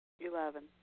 Eleven